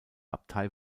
abtei